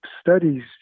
studies